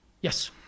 Yes